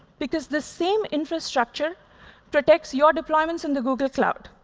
because this same infrastructure protects your deployments in the google cloud.